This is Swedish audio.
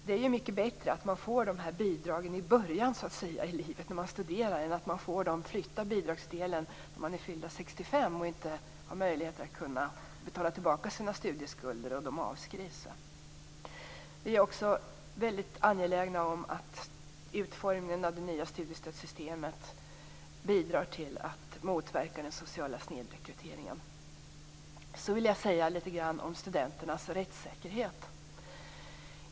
Det är ju mycket bättre att studenterna får bidragen i början av livet, när man studerar, än att bidragsdelen flyttas till dess de är fyllda 65 och inte har möjlighet att betala tillbaka studieskulderna, som då avskrivs. Vi är angelägna om att utformningen av det nya studiestödssystemet skall bidra till att motverka den sociala snedrekryteringen. Jag vill så säga litet grand om studenternas rättssäkerhet.